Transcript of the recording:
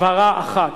הבהרה אחת.